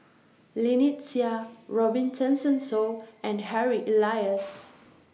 Lynnette Seah Robin Tessensohn and Harry Elias